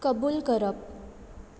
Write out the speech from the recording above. कबूल करप